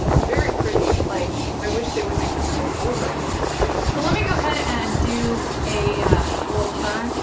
very pretty, like i wish they would make this into a full wig. this is cute. but let me go ahead and do a little turn,